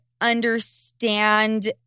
understand